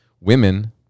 Women